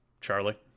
Charlie